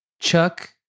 Chuck